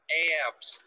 abs